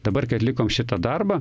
dabar kai atlikom šitą darbą